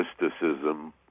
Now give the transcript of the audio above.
mysticism